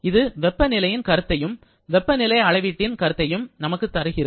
இது வெப்பநிலையின் கருத்தையும் வெப்பநிலை அளவீட்டின் கருத்தையும் நமக்கு தருகிறது